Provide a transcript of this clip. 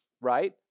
Right